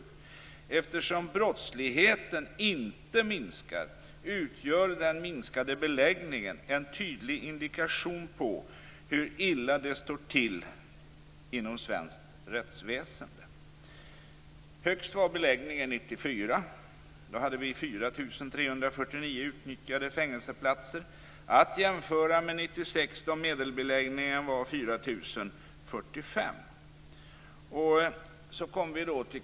Eftersom brottsligheten inte minskar utgör den minskade beläggningen en tydlig indikation på hur illa det står till inom svenskt rättsväsende. Högst var beläggningen 1994. Då hade vi 4 349 utnyttjade fängelseplatser. Det kan jämföras med 1996, då medelbeläggningen var 4 045.